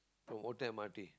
from Outram m_r_t